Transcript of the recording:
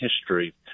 history